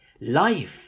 life